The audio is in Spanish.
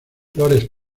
flores